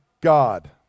God